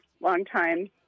longtime